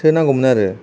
सो नांगौमोन आरो